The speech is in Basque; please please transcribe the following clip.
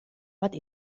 bat